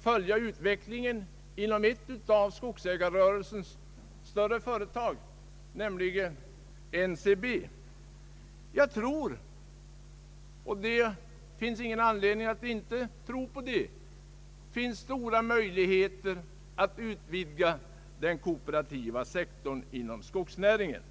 följa utvecklingen inom ett av skogsägarrörelsens större företag, NCB. Jag tror — och det finns skäl för den uppfattningen — att det finns stora möjligheter att utvidga den kooperativa sektorn inom skogsnäringen.